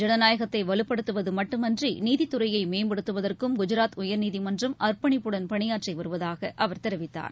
ஜனநாயகத்தைவலுப்படுத்துவதுமட்டுமன்றிநீதித்துறையைமேம்படுத்துவதற்கும் குஜராத் உயர்நீதிமன்றம் அர்ப்பணிப்புடன் பணியாற்றிவருவதாகஅவர் தெரிவித்தார்